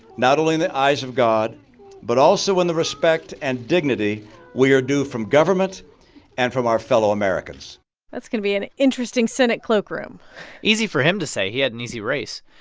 not only in the eyes of god but also in the respect and dignity we are due from government and from our fellow americans that's going to be an interesting senate cloakroom easy for him to say he had an easy race.